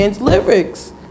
lyrics